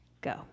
go